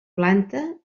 planta